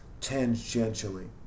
tangentially